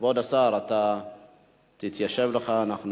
כבוד השר, אתה תתיישב לך, אנחנו,